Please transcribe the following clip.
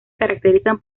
caracterizan